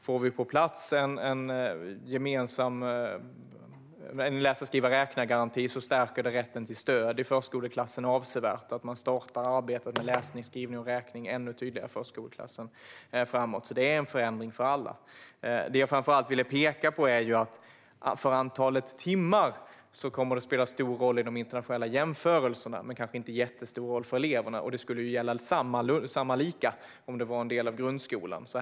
Om vi får på plats en läsa-skriva-räkna-garanti stärker det rätten till stöd i förskoleklassen avsevärt. Arbetet med läsning, skrivning och räkning blir ännu tydligare i förskoleklassen. Det är en förändring för alla. Det jag framför allt vill peka på är att för antalet timmar kommer detta att spela en stor roll i de internationella jämförelserna men inte en jättestor roll för eleverna. Det skulle gälla lika om det var en del av grundskolan.